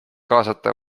kaasata